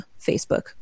Facebook